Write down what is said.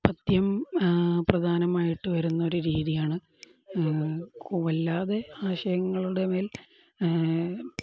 പദ്യം പ്രധാനമായിട്ടു വരുന്നൊരു രീതിയാണ് വല്ലാതെ ആശയങ്ങളുടെ മേൽ